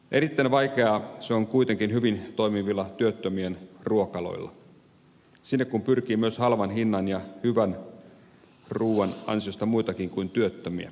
erittäin vaikeaa se on kuitenkin hyvin toimivilla työttömien ruokaloilla sinne kun pyrkii myös halvan hinnan ja hyvän ruuan ansiosta muitakin kuin työttömiä